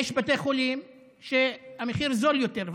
יש בתי חולים שהמחיר בהם נמוך יותר.